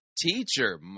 Teacher